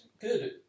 good